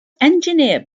engineer